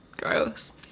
gross